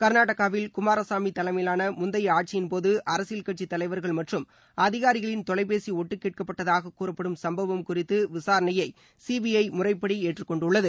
கர்நாடகாவில் குமாரசாமி தலைமையிலான முந்தைய ஆட்சியின் போது அரசியல் கட்சித் தலைவர்கள் மற்றும் அதிகாரிகளின் தொலைபேசி ஒட்டுக் கேட்கப்பட்டதாகக் கூறப்படும் சும்பவம் குறித்த விசாரணையை சிபிஐ முறைப்படி ஏற்றுக் கொண்டுள்ளது